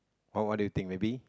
what what do you think maybe